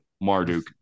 Marduk